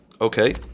Okay